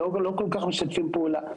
ולא כל כך משתפים פעולה.